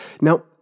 Now